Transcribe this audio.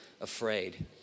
afraid